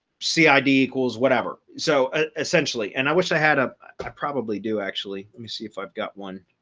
see id equals whatever so ah essentially, and i wish i had a, i probably do actually, let me see if i've got one